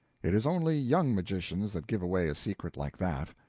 it is only young magicians that give away a secret like that.